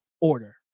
order